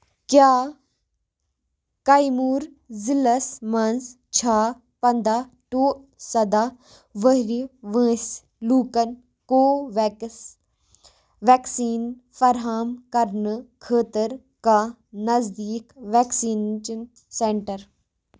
کیٛاہ کیموٗر ضلعس مَنٛز چھا پنٛداہ ٹُہ سَداہ وہرِ وٲنٛسہِ لوٗکن کو وٮ۪کٕس وٮ۪کسیٖن فراہم کرنہٕ خٲطرٕ کانٛہہ نزدیٖک وٮ۪کسیٖنچن سینٹر